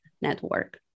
network